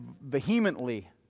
vehemently